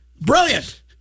Brilliant